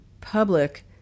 public